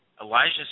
Elijah